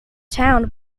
town